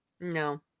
No